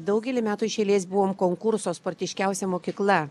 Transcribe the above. daugelį metų iš eilės buvom konkurso sportiškiausia mokykla